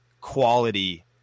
quality